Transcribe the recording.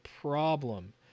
problem